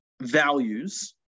values